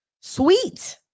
Sweet